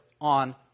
on